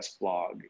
blog